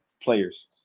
players